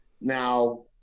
Now